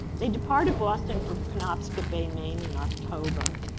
they departed boston from penobscot bay, maine, in october.